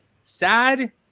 sad